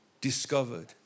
discovered